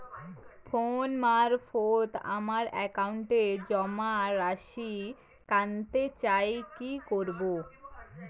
Phone মারফত আমার একাউন্টে জমা রাশি কান্তে চাই কি করবো?